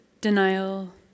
denial